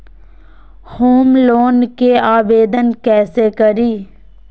Home loan के आवेदन कैसे करि?